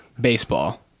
Baseball